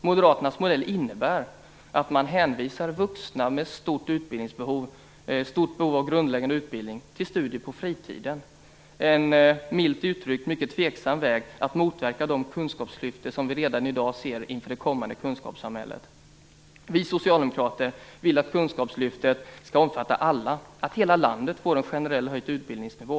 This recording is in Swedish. Moderaternas modell innebär att man hänvisar vuxna med stort behov av grundläggande utbildning till studier på fritiden - en milt uttryckt mycket tveksam väg att motverka de kunskapsklyftor som vi redan i dag ser inför det kommande kunskapssamhället. Vi socialdemokrater vill att Kunskapslyftet skall omfatta alla - att hela landet får en generellt höjd utbildningsnivå.